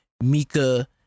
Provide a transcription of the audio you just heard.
Mika